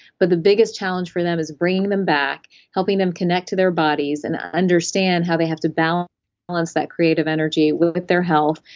but the biggest challenge for them is bringing them back, helping them connect to their bodies, and understand how they have to balance balance that creative energy with with their health,